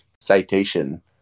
citation